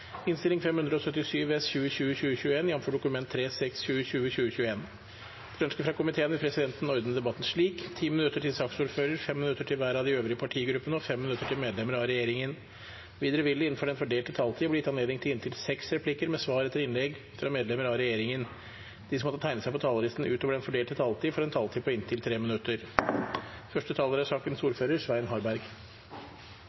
minutter til hver av de øvrige partigruppene og 5 minutter til medlemmer av regjeringen. Videre vil det – innenfor den fordelte taletid – bli gitt anledning til inntil seks replikker med svar etter innlegg fra medlemmer av regjeringen, og de som måtte tegne seg på talerlisten utover den fordelte taletid, får en taletid på inntil 3 minutter.